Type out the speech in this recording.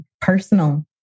personal